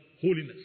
holiness